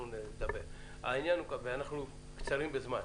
אנחנו קצרים בזמן.